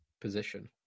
position